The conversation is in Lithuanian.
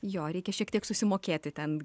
jo reikia šiek tiek susimokėti ten